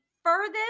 Furthest